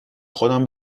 خودم